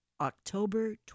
october